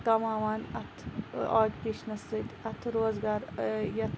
کَماوان اتھ اوکیٚوپیشنَس سۭتۍ اتھ روزگار یَتھ